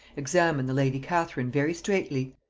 examine the lady catherine very straightly,